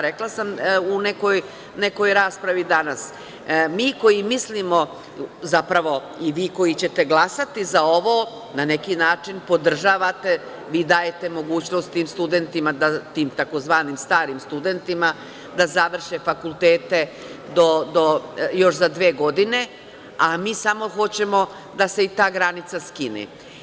Rekla sam u nekoj raspravi danas - mi koji mislimo, zapravo i vi koji ćete glasati za ovo, na neki način podržavate, vi dajete mogućnost tim tzv. starim studentima da završe fakultete još za dve godine, a mi samo hoćemo da se i ta granica skine.